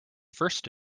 first